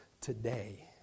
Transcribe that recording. today